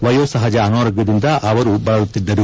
ವಯೋಸಹಜ ಅನಾರೋಗ್ಭದಿಂದ ಅವರು ಬಳಲುತ್ತಿದ್ದರು